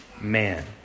man